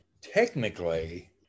technically